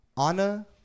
Anna